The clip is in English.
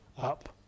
up